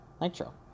Nitro